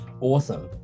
Awesome